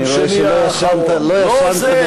אני רואה שלא ישנת מאז.